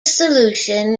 solution